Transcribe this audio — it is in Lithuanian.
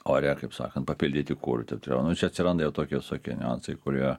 ore kaip sakant papildyti kuru taip toliau čia atsiranda jau tokie visokie niuansai kurie